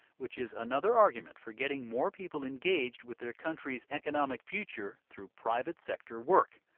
which is another argument for getting more people engaged with their country's economic future through private sector work.